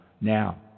now